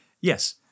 Yes